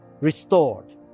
restored